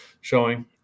showing